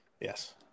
Yes